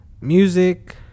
music